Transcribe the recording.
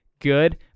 good